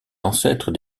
ancêtres